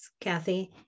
Kathy